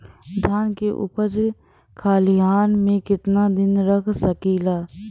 धान के उपज खलिहान मे कितना दिन रख सकि ला?